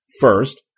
First